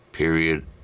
Period